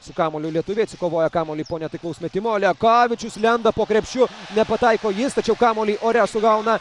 su kamuoliu lietuviai atsikovoja kamuolį po netaiklaus metimo lekavičius lenda po krepšiu nepataiko tačiau kamuolį ore sugauna